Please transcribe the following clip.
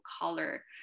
color